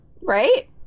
right